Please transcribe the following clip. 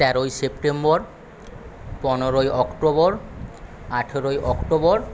তেরোই সেপ্টেম্বর পনেরোই অক্টোবর আঠারোই অক্টোবর